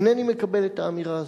אינני מקבל את האמירה הזאת,